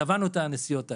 צבענו את הנסיעות האלה.